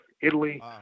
Italy